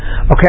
okay